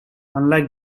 unlike